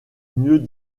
mieux